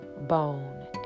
bone